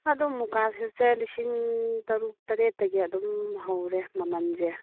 ꯑꯗꯨꯝ ꯃꯨꯒꯥ ꯁꯨꯠꯁꯦ ꯂꯤꯁꯤꯡ ꯇꯔꯨꯛ ꯇꯔꯦꯠ ꯇꯒꯤ ꯑꯗꯨꯝ ꯍꯧꯔꯦ ꯃꯃꯜꯁꯦ